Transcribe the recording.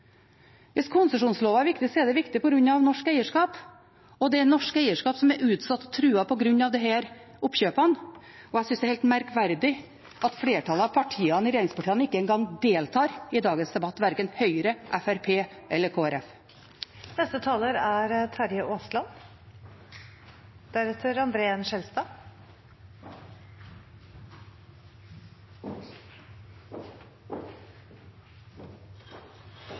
Hvis konsesjonsloven er viktig, er den viktig på grunn av norsk eierskap, og det er norsk eierskap som er utsatt og truet på grunn av disse oppkjøpene. Jeg synes det er helt merkverdig at flertallet av regjeringspartiene ikke engang deltar i dagens debatt, verken Høyre eller